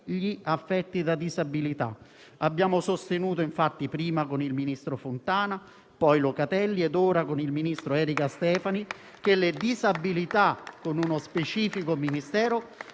figli affetti da disabilità. Abbiamo sostenuto infatti, prima con il ministro Fontana, poi con Locatelli e ora con il ministro Erika Stefani, che le disabilità, con uno specifico Ministero,